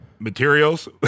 materials